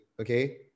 Okay